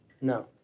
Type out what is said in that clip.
No